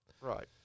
Right